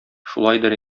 шулайдыр